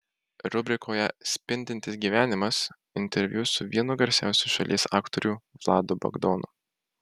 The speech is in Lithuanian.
rubrikoje spindintis gyvenimas interviu su vienu garsiausių šalies aktorių vladu bagdonu